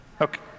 Okay